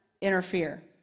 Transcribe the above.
Interfere